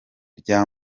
rya